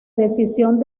decisión